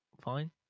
fine